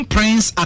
Prince